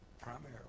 primarily